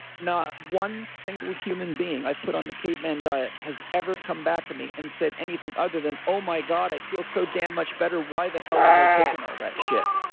not one single human being i've put on the caveman diet has ever come back to me and said anything other than, oh my god, i feel so damn much better. why the hell was i taking all that shit?